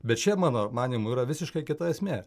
bet čia mano manymu yra visiškai kita esmė